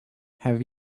have